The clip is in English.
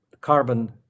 carbon